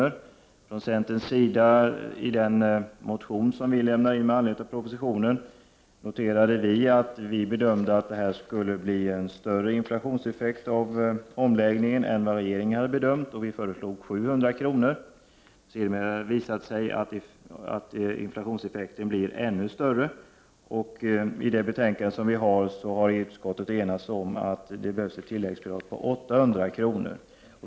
I den motion som vi från centerns sida lämnade med anledning av propositionen, noterade vi att vi bedömde att det skulle bli en större inflationseffekt av omläggningen än vad regeringen hade räknat med. Vi föreslog 700 kr. Sedermera har det visat sig att inflationseffekten blir ännu större. I betänkandet har utskottet nu enats om att det behövs ett tilläggsbelopp på 800 kr.